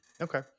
Okay